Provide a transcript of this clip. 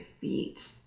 feet